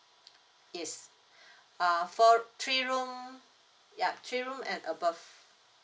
yes uh for three room yup three room and above